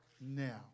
now